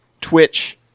Twitch